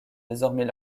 désormais